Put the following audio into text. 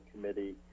committee